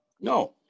No